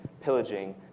pillaging